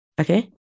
Okay